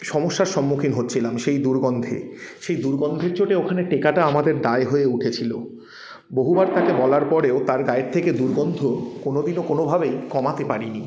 সমস্যার সম্মুখীন হচ্ছিলাম সেই দুর্গন্ধে সেই দুর্গন্ধের চোটে ওখানে টেকাটা আমাদের দায় হয়ে উঠেছিলো বহুবার তাকে বলার পরেও তার গায়ের থেকে দুর্গন্ধ কোনোদিনও কোনোভাবেই কমাতে পারি নি